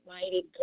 Mighty